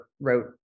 wrote